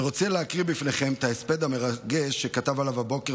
אני רוצה להקריא בפניכם את ההספד המרגש שכתב עליו הבוקר